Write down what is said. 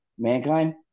Mankind